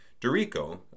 Dorico